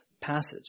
passage